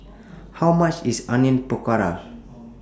How much IS Onion Pakora